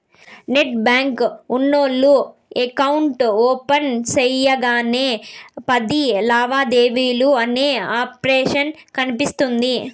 net banking ఉన్నోల్లు account open సెయ్యగానే పది లావాదేవీలు అనే ఆప్షన్ కనిపిస్తుంది